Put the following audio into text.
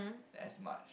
as much